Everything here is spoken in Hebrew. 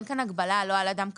אין כאן הגבלה לא על אדם קרוב,